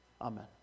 Amen